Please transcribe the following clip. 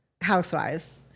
Housewives